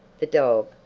the dog,